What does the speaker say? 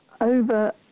over